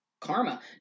Karma